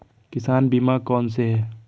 किसान बीमा कौनसे हैं?